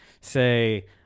say